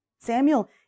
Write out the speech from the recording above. Samuel